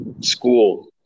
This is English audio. school